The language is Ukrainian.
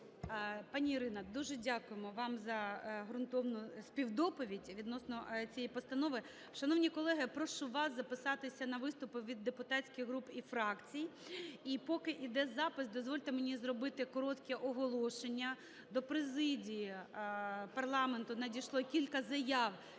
Пані Ірина, дуже дякуємо вам за ґрунтовну співдоповідь відносно цієї постанови. Шановні колеги, прошу вас записатися на виступи від депутатських груп і фракцій. І поки іде запис, дозвольте мені зробити коротке оголошення. До президії парламенту надійшло кілька заяв